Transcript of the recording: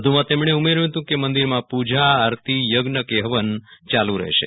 વધુમાં તેમણે ઉમેર્યું હતું કે મંદિરમાં પૂજા આરતી યજ્ઞ કે હવન ચાલુ રહેશે